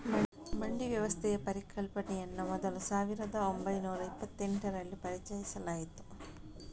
ಮಂಡಿ ವ್ಯವಸ್ಥೆಯ ಪರಿಕಲ್ಪನೆಯನ್ನ ಮೊದಲು ಸಾವಿರದ ಒಂಬೈನೂರ ಇಪ್ಪತೆಂಟರಲ್ಲಿ ಪರಿಚಯಿಸಲಾಯ್ತು